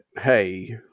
Hey